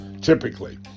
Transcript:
typically